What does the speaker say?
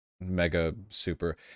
mega-super